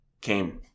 came